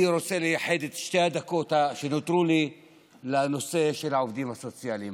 אני רוצה לייחד את שתי הדקות שנותרו לי לנושא של העובדים הסוציאליים.